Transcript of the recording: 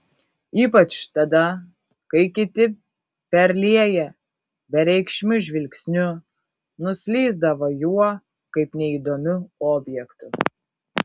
ypač tada kai kiti perlieję bereikšmiu žvilgsniu nuslysdavo juo kaip neįdomiu objektu